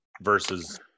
versus